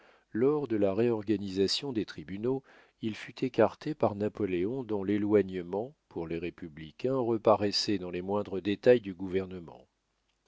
lors de la réorganisation des tribunaux il fut écarté par napoléon dont l'éloignement pour les républicains reparaissait dans les moindres détails du gouvernement